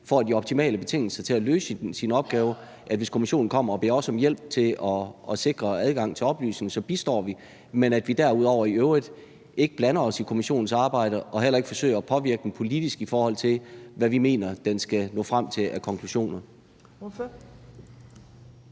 får de optimale betingelser for at løse sin opgave, og at hvis kommissionen kommer og beder os om hjælp til at sikre adgang til oplysning, så bistår vi, men at vi derudover i øvrigt ikke blander os i kommissionens arbejde og heller ikke forsøger at påvirke den politisk, i forhold til hvad vi mener den skal nå frem til af konklusioner.